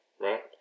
right